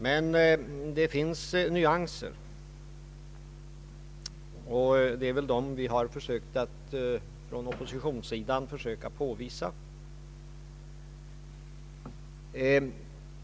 Men det finns nyanser, och det är dem vi från oppositionssidan har försökt att påvisa.